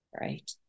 right